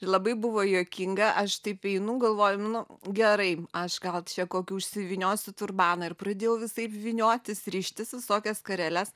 ir labai buvo juokinga aš taip einu galvoju nu gerai aš gal kokį užsivyniosiu turbaną ir pradėjau visaip vyniotis rištis visokias skareles